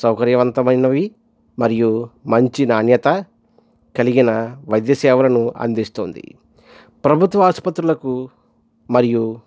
సౌకర్యవంతమైనవి మరియు మంచి నాణ్యత కలిగిన వైద్య సేవలను అందిస్తుంది ప్రభుత్వ ఆసుపత్రులకు మరియు